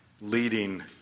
leading